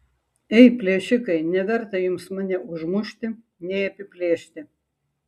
ei plėšikai neverta jums mane užmušti nei apiplėšti